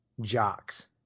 jocks